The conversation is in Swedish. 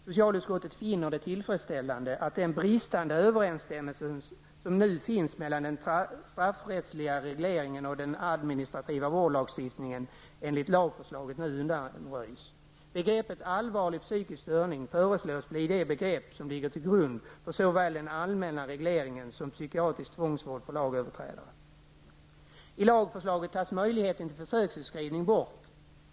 Socialutskottet finner det tillfredsställande att den bristande överensstämmelse som nu finns mellan den straffrättsliga regleringen och den administrativa vårdlagstiftningen enligt lagförslaget nu undanröjs. Begreppet allvarlig psykisk störning föreslås bli det begrepp som ligger till grund för såväl den allmänna regleringen som psykiatrisk tvångsvård för lagöverträdare. I lagförslaget tas möjligheten till försöksutskrivning bort.